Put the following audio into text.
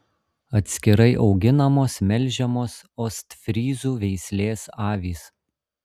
atskirai auginamos melžiamos ostfryzų veislės avys